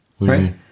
right